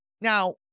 Now